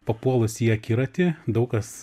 papuolusi į akiratį daug kas